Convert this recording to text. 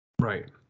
Right